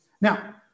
Now